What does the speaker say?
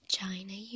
China